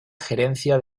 gerencia